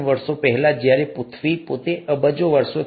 અને જ્યારે પૃથ્વી પોતે લગભગ 4